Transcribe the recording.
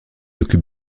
occupe